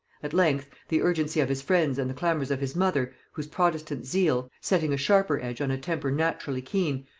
at length, the urgency of his friends and the clamors of his mother, whose protestant zeal, setting a sharper edge on a temper naturally keen,